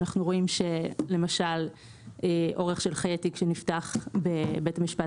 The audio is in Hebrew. אנחנו רואים שאורך חיי תיק שנפתח בבית משפט